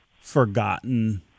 forgotten